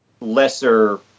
lesser